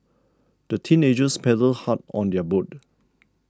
the teenagers paddled hard on their boat